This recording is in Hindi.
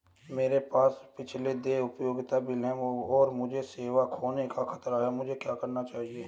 मेरे पास पिछले देय उपयोगिता बिल हैं और मुझे सेवा खोने का खतरा है मुझे क्या करना चाहिए?